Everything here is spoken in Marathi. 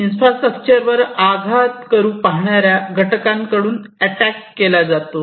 इन्फ्रास्ट्रक्चर वर आघात करू पाहणाऱ्या घटकांकडून अटॅक केला जातो